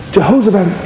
Jehoshaphat